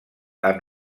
amb